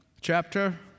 chapter